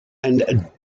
and